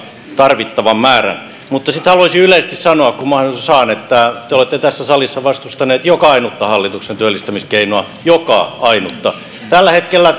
tarvittavan määrän mutta sitten haluaisin yleisesti sanoa kun mahdollisuuden saan että te olette tässä salissa vastustaneet joka ainutta hallituksen työllistämiskeinoa joka ainutta tällä hetkellä